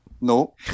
No